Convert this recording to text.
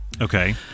Okay